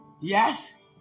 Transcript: Yes